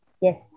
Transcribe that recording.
Yes